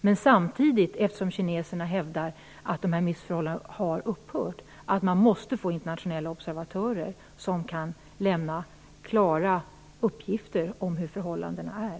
Men eftersom kineserna hävdar att dessa missförhållanden har upphört, måste man se till att internationella observatörer kan lämna klara uppgifter om hur förhållandena är.